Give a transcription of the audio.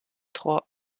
trois